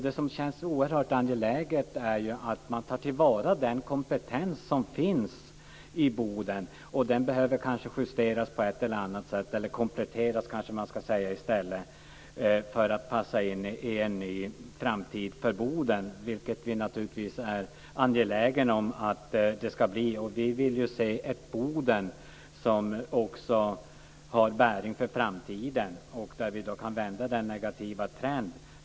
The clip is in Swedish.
Det som känns oerhört angeläget är att den kompetens som finns i Boden tas till vara. Den behöver kanske kompletteras för att passa in i en ny framtid för Boden, som vi är angelägna om att det ska bli. Vi vill ju se Boden som ett samhälle som har bäring för framtiden, och vi vill vända den negativa trenden.